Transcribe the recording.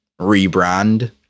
rebrand